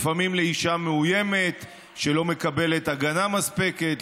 לפעמים לאישה מאוימת שלא מקבלת הגנה מספקת,